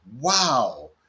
wow